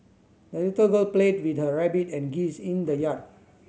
the little girl played with her rabbit and geese in the yard